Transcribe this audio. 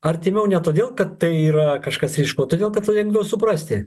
artimiau ne todėl kad tai yra kažkas ryšku todėl kad tai lengviau suprasti